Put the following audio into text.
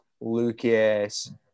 Lucas